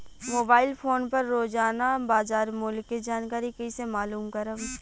Mobile phone पर रोजाना बाजार मूल्य के जानकारी कइसे मालूम करब?